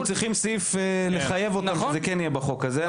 אנחנו צריכים סעיף שיחייב אותם כך שזה כן יהיה בחוק הזה.